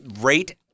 Rate